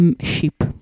sheep